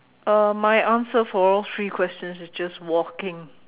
uh my answer for all three questions is just walking